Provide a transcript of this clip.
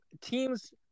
teams